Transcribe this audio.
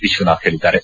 ವಿಶ್ವನಾಥ್ ಹೇಳಿದ್ದಾರೆ